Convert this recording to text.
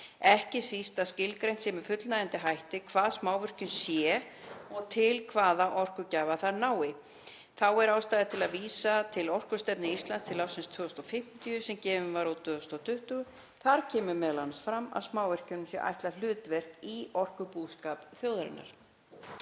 Ekki síst að skilgreint sé með fullnægjandi hætti hvað smávirkjun sé og til hvaða orkugjafa þær nái. Þá er og ástæða til að vísa til orkustefnu Íslands til ársins 2050, sem gefin var út árið 2020. Þar kemur, meðal annars, fram að smávirkjunum sé ætlað hlutverk í orkubúskap þjóðarinnar.“